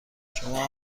شما